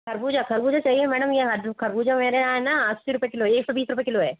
खरबूजा खरबूजा चाहिए मेडम वो खरबूजा मेरे यहाँ है ना अस्सी रुपए किलो एक सौ बीस रुपए किलो है